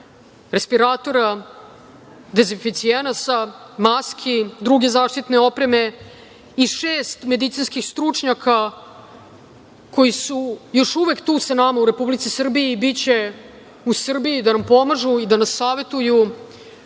respiratora, dezinficijenasa, maski, druge zaštitne opreme i šest medicinskih stručnjaka koji su još uvek tu sa nama u Republici Srbiji i biće u Srbiji da nam pomažu, da nas savetuju